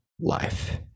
life